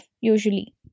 usually